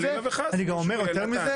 לא חלילה וחס --- אני גם אומר נציגי